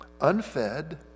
Unfed